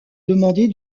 demander